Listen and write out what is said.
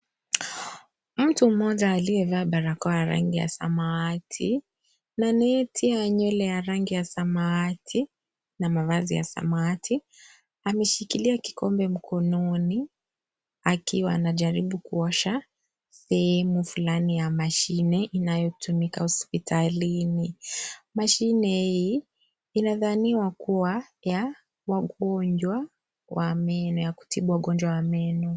Mtu mmoja aliyevaa barakoa ya rangi ya samawati na noticed ya nywele ya samawati na mavazi ya samawati ameshikilia kikombe mkononi akiwa anajaribu kuosha sehemu fulani ya mashine inayotumika hosiptalini machine hii inadhaniwa kuwa ya wagonjwa wa meno.